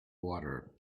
water